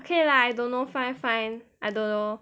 okay lah I don't know fine fine I don't know